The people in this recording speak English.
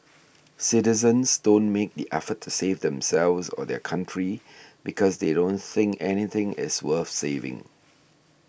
citizens don't make the effort to save themselves or their country because they don't think anything is worth saving